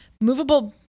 movable